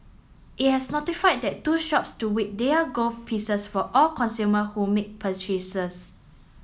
it has notified that two shops to weigh their gold pieces for all consumer who make purchases